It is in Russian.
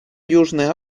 южной